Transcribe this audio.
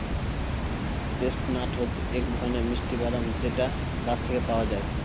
chestnut হচ্ছে এক ধরনের মিষ্টি বাদাম যেটা গাছ থেকে পাওয়া যায়